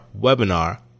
webinar